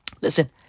Listen